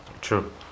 True